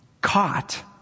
Caught